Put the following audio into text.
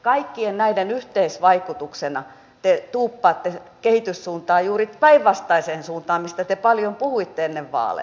kaikkien näiden yhteisvaikutuksena te tuuppaatte kehityssuuntaa juuri päinvastaiseen suuntaan kuin mistä te paljon puhuitte ennen vaaleja